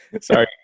Sorry